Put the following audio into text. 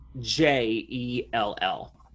J-E-L-L